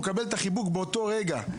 הוא מקבל את החיבוק באותו רגע.